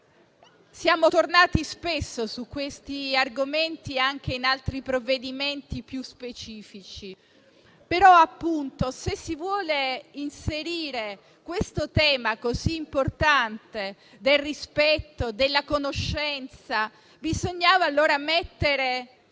Siamo tornati spesso su questi argomenti, anche in altri provvedimenti più specifici, però, se si vuole inserire questo tema così importante del rispetto e della conoscenza, allora bisognava